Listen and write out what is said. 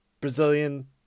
Brazilian